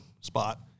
spot